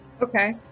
Okay